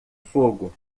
fogo